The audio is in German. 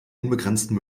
unbegrenzten